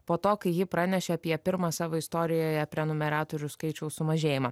po to kai ji pranešė apie pirmą savo istorijoje prenumeratorių skaičiaus sumažėjimą